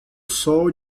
sol